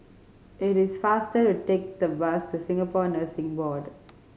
it is faster to take the bus to Singapore Nursing Board